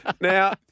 Now